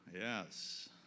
Yes